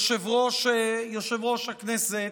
יושב-ראש הישיבה,